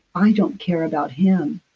i don't care about him